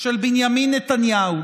של בנימין נתניהו,